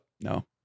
No